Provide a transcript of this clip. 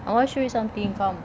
I want to show you something come